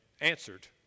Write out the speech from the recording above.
answered